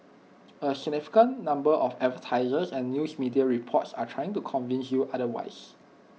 A significant number of advertisers and news media reports are trying to convince you otherwise